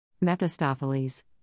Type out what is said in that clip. Mephistopheles